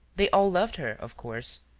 they all loved her, of course,